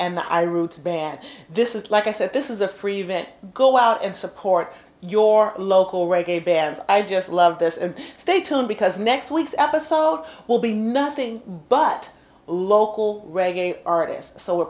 and i rooted bad this is like i said this is a free event go out and support your local reggae band i just love this and stay tuned because next week's episode will be nothing but a local reggae artist so we're